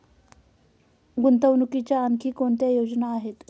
गुंतवणुकीच्या आणखी कोणत्या योजना आहेत?